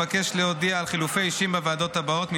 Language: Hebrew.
אבקש להודיע על חילופי אישים בוועדות הבאות: